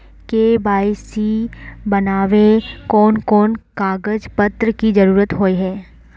KYC बनावेल कोन कोन कागज पत्र की जरूरत होय है?